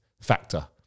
factor